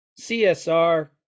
csr